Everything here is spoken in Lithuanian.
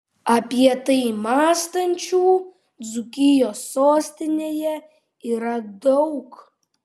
apie tai mąstančių dzūkijos sostinėje yra daug